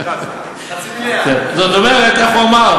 זאת אומרת, איך הוא אמר?